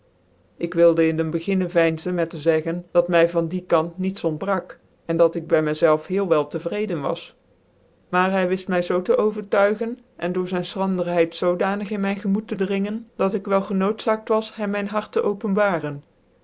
ik wilde inden beginne veinzen met te zeggen dat my van dien kant niets ontbrak en dat ik by my zclvcn heel wel tc vrecden was maar hy wilt my zoo te overtuigen cn door zijn fchranderheid zoodanig in myn gemoct tc dringen dat ik wel genoodzaakt was hem mijn hart tc openbaren